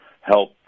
help